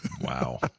Wow